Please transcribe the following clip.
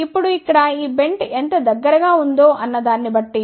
ఇప్పుడు ఇక్కడ ఈ బెంట్ ఎంత దగ్గరగా ఉందో అన్న దాన్ని బట్టి